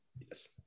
Yes